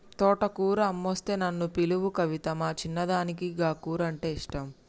తోటకూర అమ్మొస్తే నన్ను పిలువు కవితా, మా చిన్నదానికి గా కూరంటే ఇష్టం